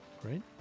great